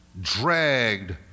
dragged